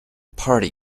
party